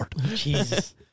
Jesus